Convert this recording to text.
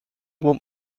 want